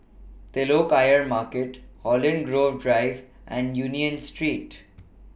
Telok Ayer Market Holland Grove Drive and Union Street